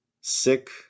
sick